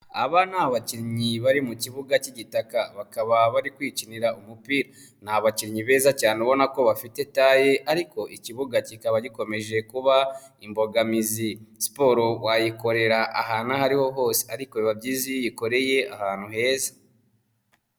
Aba ni abakinnyi bari mu kibuga k'igitaka bakaba bari kwikinira umupira, ni abakinnyi beza cyane ubona ko bafite taye ariko ikibuga kikaba gikomeje kuba imbogamizi, siporo wayikorera ahantu aho ari ho hose ariko biba byiza iyo uyikoreye ahantu heza.